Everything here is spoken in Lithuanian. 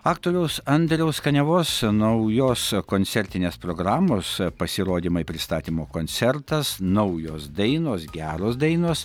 aktoriaus andriaus kaniavos naujos koncertinės programos pasirodymai pristatymo koncertas naujos dainos geros dainos